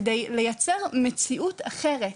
כדי לייצר מציאות אחרת